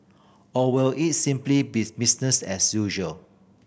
or will it simply be business as usual